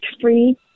free